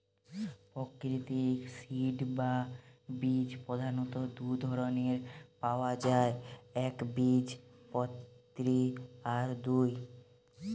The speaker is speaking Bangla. প্রাকৃতিক সিড বা বীজ প্রধাণত দুটো ধরণের পায়া যায় একবীজপত্রী আর দুই